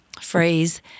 phrase